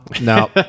no